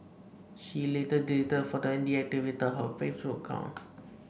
she later deleted the photo and deactivated her Facebook account